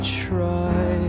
try